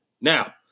Now